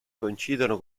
coincidono